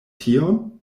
tion